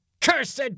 cursed